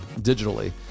digitally